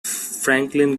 franklin